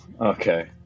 Okay